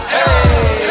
Hey